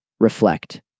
Reflect